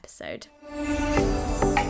episode